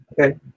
Okay